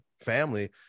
family